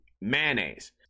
mayonnaise